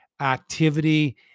activity